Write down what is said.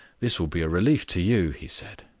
this will be a relief to you, he said.